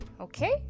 Okay